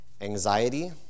anxiety